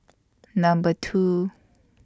Number two